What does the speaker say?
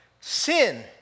Sin